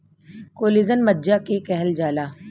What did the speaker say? collagen मज्जा के कहल जाला